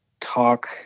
talk